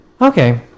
okay